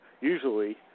usually